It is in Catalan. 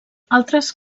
altres